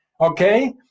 Okay